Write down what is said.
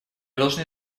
должны